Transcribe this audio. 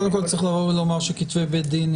צריך לומר שכתבי בית דין,